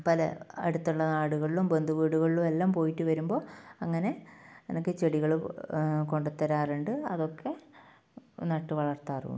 പല അടുത്തുള്ള നാടുകളിലും ബന്ധുവീടുകളിലും എല്ലാം പോയിട്ട് വരുമ്പോൾ അങ്ങനെ എനിക്ക് ചെടികൾ കൊണ്ട് തരാറുണ്ട് അതൊക്കെ നട്ടുവളർത്താറുണ്ട്